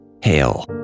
Hail